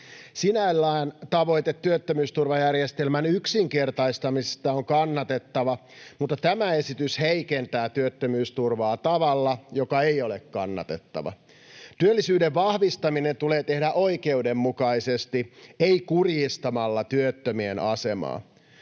Sinällään tavoite työttömyysturvajärjestelmän yksinkertaistamisesta on kannatettava, mutta tämä esitys heikentää työttömyysturvaa tavalla, joka ei ole kannatettava. Työllisyyden vahvistaminen tulee tehdä oikeudenmukaisesti, ei kurjistamalla työttömien asemaa.